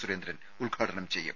സുരേന്ദ്രൻ ഉദ്ഘാടനം ചെയ്യും